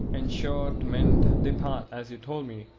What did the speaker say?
an' sure to mend the path as you told me.